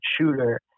shooter